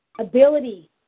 ability